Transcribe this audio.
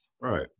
Right